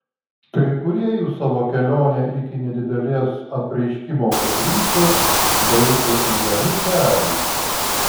kai kurie jų savo kelionę iki nedidelės apreiškimo koplyčios baigė eidami keliais